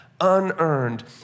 unearned